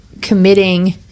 committing